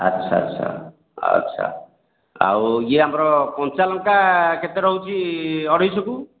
ଆଚ୍ଛା ଆଚ୍ଛା ଆଚ୍ଛା ଆଉ ଏହି ଆମର କଞ୍ଚା ଲଙ୍କା କେତେ ରହୁଛି ଅଢ଼େଇଶହକୁ